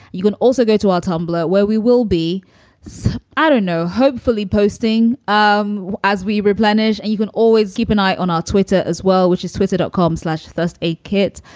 you can also go to our tumblr where we will be. so i don't know, hopefully posting um as we replenish. and you can always keep an eye on our twitter as well, which is twitter, dot com slash, just a kit.